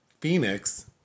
Phoenix